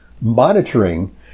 monitoring